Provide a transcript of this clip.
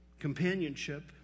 companionship